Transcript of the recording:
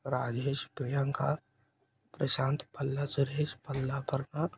Rajesh Priyanka Prashant Palla Suresh Palla Karuna